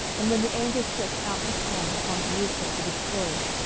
and when the angel stretched out his hand upon jerusalem to destroy it,